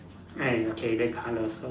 ah ya okay then colour so